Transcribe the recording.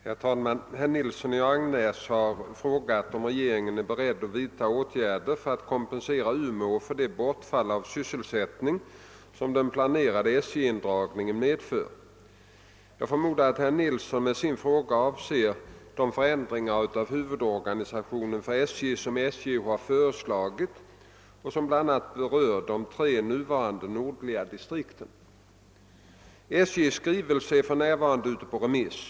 Herr talman! Herr Nilsson i Agnäs har frågat om regeringen är beredd att vidta åtgärder för att kompensera Umeå för det bortfall av sysselsättning som den planerade SJ-indragningen medför. Jag förmodar att herr Nilsson med sin fråga avser den förändring av huvudorganisationen för SJ, som SJ har föreslagit och som bl.a. berör de tre nuvarande nordligaste distrikten. SJ:s skrivelse är för närvarande ute på remiss.